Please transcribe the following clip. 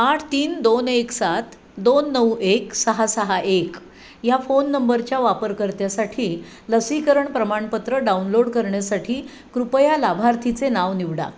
आठ तीन दोन एक सात दोन नऊ एक सहा सहा एक ह्या फोन नंबरच्या वापरकर्त्यासाठी लसीकरण प्रमाणपत्र डाउनलोड करण्यासाठी कृपया लाभार्थीचे नाव निवडा